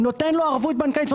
הוא נותן לו ערבות בנקאית.